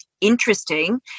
interesting